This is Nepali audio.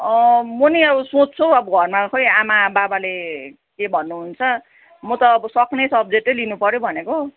म नि अब सोच्छु हौ अब घरमा खै आमा बाबाले के भन्नुहुन्छ म त अब सक्ने सब्जेक्टै लिनुपऱ्यो भनेको